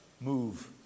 move